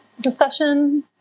discussion